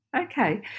okay